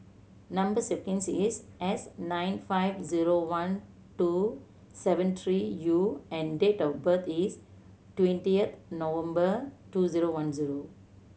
number sequence is S nine five zero one two seven three U and date of birth is twentieth November two zero one zero